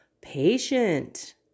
patient